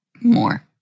more